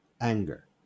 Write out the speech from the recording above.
anger